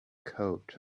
coat